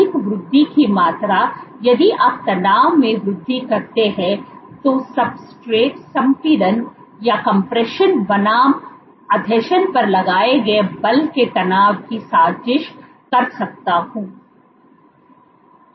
अधिक वृद्धि की मात्रा यदि आप तनाव में वृद्धि करते हैं तो मैं सब्सट्रेट संपीड़न बनाम आसंजन पर लगाए गए बल के तनाव की साजिश कर कर सकता हूं